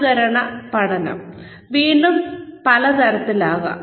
അനുകരണ പഠനം വീണ്ടും പല തരത്തിലാകാം